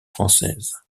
françaises